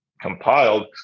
compiled